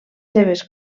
seves